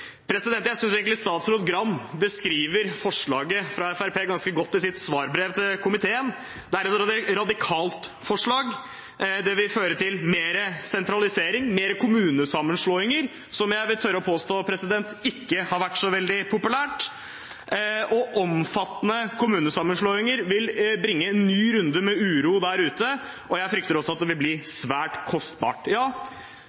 Jeg synes egentlig statsråd Gram beskriver forslaget fra Fremskrittspartiet ganske godt i sitt svarbrev til komiteen: Det er et radikalt forslag, det vil føre til mer sentralisering og flere kommunesammenslåinger – som jeg vil tørre å påstå ikke har vært så veldig populært. Omfattende kommunesammenslåinger vil bringe en ny runde med uro der ute, og jeg frykter også at det vil bli